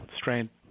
strength